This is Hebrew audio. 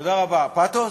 תודה רבה, פתוס?